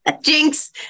jinx